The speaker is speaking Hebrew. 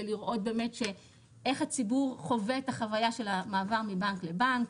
לראות באמת איך הציבור חווה את החוויה של המעבר מבנק לבנק.